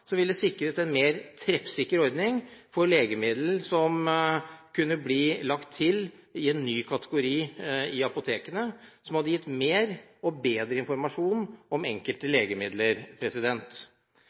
ville sikret en mer treffsikker ordning for legemidler som kunne blitt lagt til som en ny kategori i apotekene, og som hadde gitt mer og bedre informasjon om enkelte